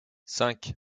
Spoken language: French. cinq